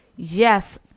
yes